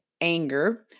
anger